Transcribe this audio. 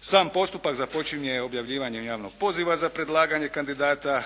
Sam postupak započinje objavljivanje javnog poziva za predlaganje kandidata